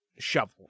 Shovel